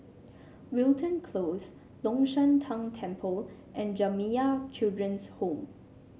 Wilton Close Long Shan Tang Temple and Jamiyah Children's Home